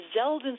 Zeldin